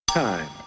time